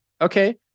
Okay